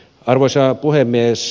arvoisa puhemies